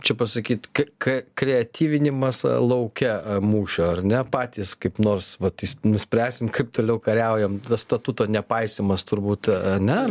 čia pasakyt k k kreatyvinimas lauke a mūšio ar ne patys kaip nors vat jis nuspręsim kaip toliau kariaujam statuto nepaisymas turbūt ane